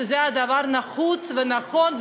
שזה דבר נחוץ ונכון,